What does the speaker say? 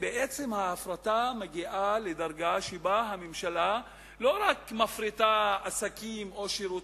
ההפרטה מגיעה לדרגה שבה הממשלה לא רק מפריטה עסקים או שירותים,